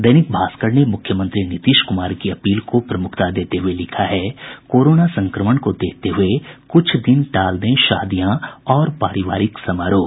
दैनिक भास्कर ने मुख्यमंत्री नीतीश कुमार की अपील को प्रमुखता देते हुए लिखा है कोरोना संक्रमण को देखते हुए कुछ दिन टाल दें शादियां और पारिवारिक समारोह